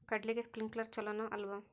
ಕಡ್ಲಿಗೆ ಸ್ಪ್ರಿಂಕ್ಲರ್ ಛಲೋನೋ ಅಲ್ವೋ?